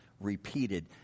repeated